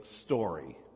story